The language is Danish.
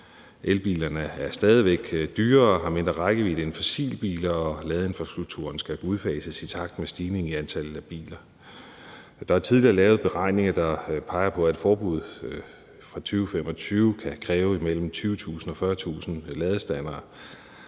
Elbilerne er stadig væk dyrere og har mindre rækkevidde end fossilbiler, og ladeinfrastrukturen skal udbygges i takt med stigningen i antallet af biler. Der er tidligere lavet beregninger, der peger på, at et forbud fra 2025 kan kræve imellem 20.000 og 40.000 ladestandere